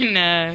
no